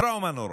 טראומה נוראה,